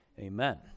Amen